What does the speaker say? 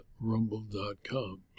rumble.com